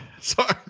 sorry